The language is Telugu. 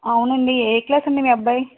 అవునండి ఏ క్లాస్ అండి మీ అబ్బాయి